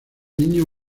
niño